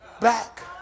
back